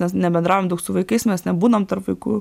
mes nebendraujam daug su vaikais mes nebūnam tarp vaikų